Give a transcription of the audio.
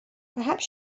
perhaps